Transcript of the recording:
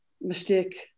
mistake